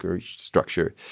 structure